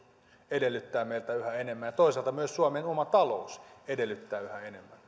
edellyttää meiltä yhä enemmän ja toisaalta myös suomen oma talous edellyttää